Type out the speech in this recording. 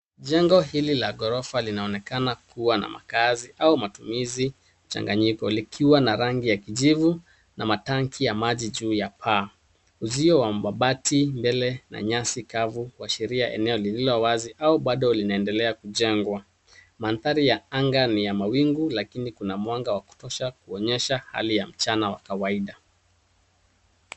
Jengo hili la ghorofa linaonekana kuwa na makazi au matumizi mchanganyiko likiwa na rangi ya kijivu na matangi ya maji juu ya paa. Uzio wa mabati mbele na nyasi kavu huashiria eneo Lililo wazi au bado linaendelea kujengwa. Mandari ya anga ni ya mawingu lakini kuna anga ya kutosha kuonyesha kuna mwanga wa kawaida.